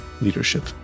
Leadership